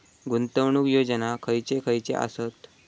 गुंतवणूक योजना खयचे खयचे आसत?